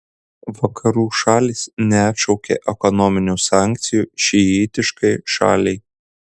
vakarų šalys neatšaukė ekonominių sankcijų šiitiškai šaliai